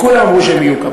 וכולם אמרו שהם יהיו,